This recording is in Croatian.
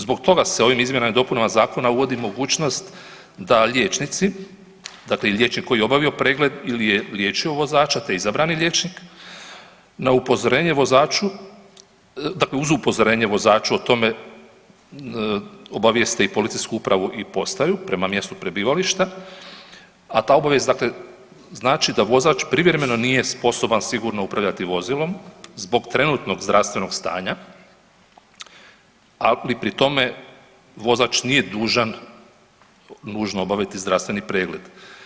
Zbog toga se ovim izmjenama i dopunama zakona uvodi mogućnost da liječnici, dakle liječnik koji je obavio pregled ili je liječio vozača, te izabrani liječnik na upozorenje vozaču, uz upozorenje vozaču o tome obavijesti i policijsku upravu i postaju prema mjestu prebivališta, a ta obavijest znači da vozač privremeno nije sposoban sigurno upravljati vozilom zbog trenutnog zdravstvenog stanja ali pri tome vozač nije dužan nužno obaviti zdravstveni pregled.